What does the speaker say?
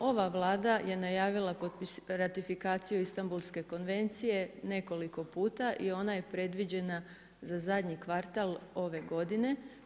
Ova Vlada je najavila ratifikaciju Istambulske konvencije nekoliko puta i ona je predviđena za zadnji kvartal ove godine.